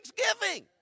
Thanksgiving